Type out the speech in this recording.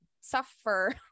suffer